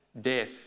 death